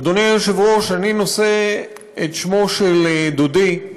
אדוני היושב-ראש, אני נושא את שמו של דודי,